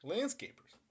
Landscapers